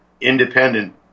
independent